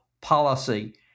policy